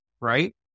right